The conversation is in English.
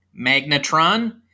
magnetron